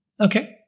Okay